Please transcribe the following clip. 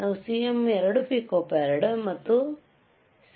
ನಾವು CM 2 picofarad ಮತ್ತು CE 0